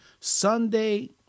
sunday